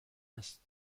است